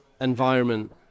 environment